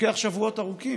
לוקח שבועות ארוכים.